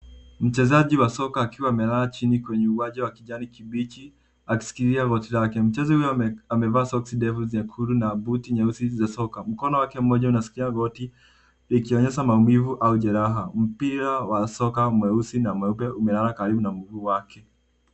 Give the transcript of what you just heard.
Mchezaji wa soka akiwa amelala chini kwenye uwanja wa kijani kibichi akishikilia goti lake. Mchezaji huyu amevaa soksi ndefu nyekundu na buti nyeusi za soka. Mkono wake moja unashikilia goti likionyesha maumivu au jeraha, mpira wa soka mweusi na mweupe umelala karibu na mguu wake.